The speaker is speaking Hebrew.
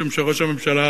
משום שראש הממשלה